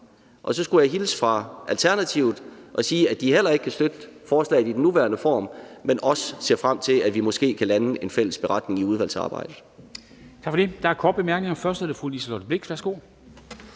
Og så skulle jeg hilse fra Alternativet og sige, at de heller ikke kan støtte forslaget i dets nuværende form, men også ser frem til, at vi måske kan lande en fælles beretning i udvalgsarbejdet.